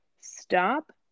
stop